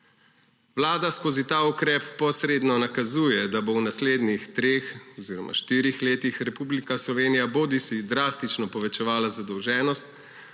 Vlada skozi ta ukrep posredno nakazuje, da bo v naslednjih treh oziroma štirih letih Republika Slovenija bodisi drastično povečevala zadolženost